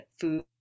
food